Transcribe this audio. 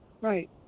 Right